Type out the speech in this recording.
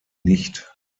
nicht